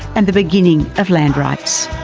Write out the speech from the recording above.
and the beginning of land rights.